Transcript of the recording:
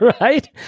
Right